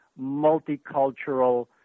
multicultural